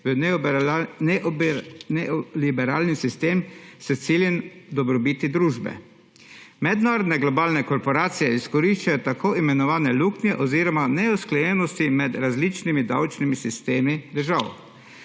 v neoliberalni sistem s ciljem dobrobiti družbe. Mednarodne globalne korporacije izkoriščajo tako imenovane luknje oziroma neusklajenosti med različnimi davčnimi sistemi držav.